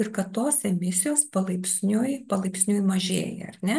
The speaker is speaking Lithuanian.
ir kad tos emisijos palaipsniui palaipsniui mažėja ar ne